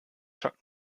chuck